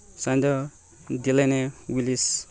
ꯆꯥꯏꯟꯗꯦꯜ ꯗꯤꯜꯂꯦꯅꯦ ꯋꯤꯜꯂꯤꯁ